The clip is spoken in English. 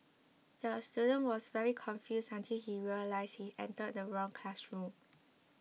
the student was very confused until he realised he entered the wrong classroom